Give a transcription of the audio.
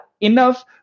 enough